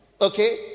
okay